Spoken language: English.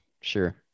Sure